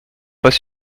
pas